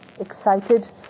excited